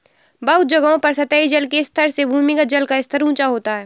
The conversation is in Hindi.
बहुत जगहों पर सतही जल के स्तर से भूमिगत जल का स्तर ऊँचा होता है